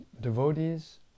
devotees